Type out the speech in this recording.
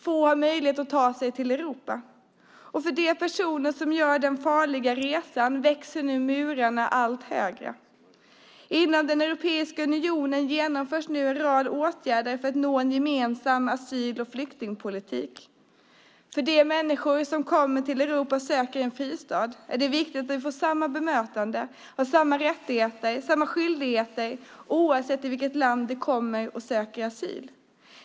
Få har möjlighet att ta sig till Europa, och för de personer som gör den farliga resan växer nu murarna allt högre. Inom Europeiska unionen genomförs nu en rad åtgärder för att nå en gemensam asyl och flyktingpolitik. För de människor som kommer till Europa och söker fristad är det viktigt att få samma bemötande, ha samma rättigheter och samma skyldigheter oavsett i vilket land de söker asyl.